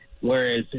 whereas